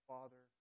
Father